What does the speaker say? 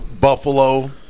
Buffalo